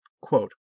Quote